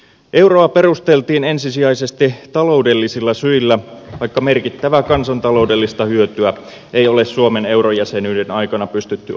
euroa perusteltiin ensisijaisesti taloudellisilla syillä vaikka merkittävää kansantaloudellista hyötyä ei ole suomen eurojäsenyyden aikana pystytty osoittamaan